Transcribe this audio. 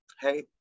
Hey